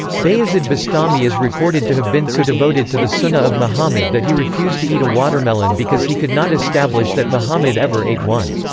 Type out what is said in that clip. bayazid bastami is recorded to have been so devoted to the sunnah of muhammad that he refused to eat a watermelon because he could not establish that muhammad ever ate one.